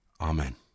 Amen